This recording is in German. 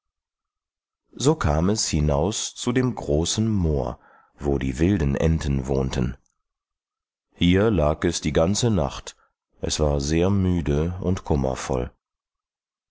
so kam es hinaus zu dem großen moor wo die wilden enten wohnten hier lag es die ganze nacht es war sehr müde und